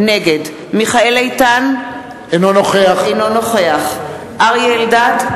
נגד מיכאל איתן, אינו נוכח אריה אלדד,